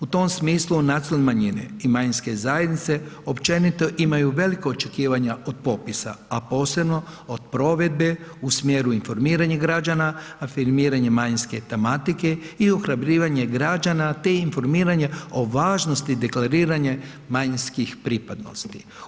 U tom smislu nacionalne manjine i manjinske zajednice općenito imaju veliko očekivanje od popisa, a posebno od provedbe u smjeru informiranja građana, afirmiranje manjinske tematike i ohrabrivanje građana, te informiranje o važnosti deklariranja manjinskih pripadnosti.